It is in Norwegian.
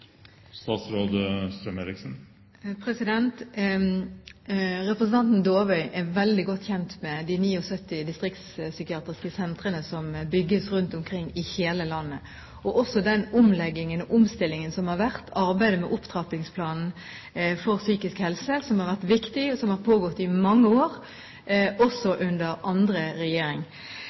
Representanten Dåvøy er veldig godt kjent med de 79 distriktspsykiatriske sentrene som bygges rundt omkring i hele landet, og også når det gjelder den omstillingen som har vært – arbeidet med Opptrappingsplanen for psykisk helse, som har vært viktig, og som har pågått i mange år, også under andre